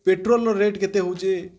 petrol rate କେତେହେଉଛି